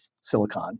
silicon